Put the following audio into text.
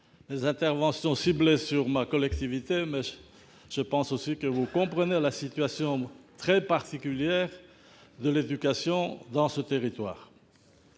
mes interventions centrées sur ma collectivité, mais je pense que vous comprenez la situation très particulière de l'éducation dans ce territoire.